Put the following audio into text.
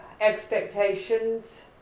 expectations